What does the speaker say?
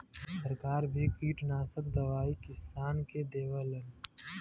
सरकार भी किटनासक दवाई किसान के देवलन